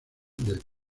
del